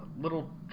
Little